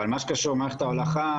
במה שקשור למערכת ההולכה